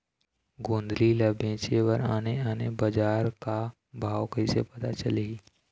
गोंदली ला बेचे बर आने आने बजार का भाव कइसे पता चलही?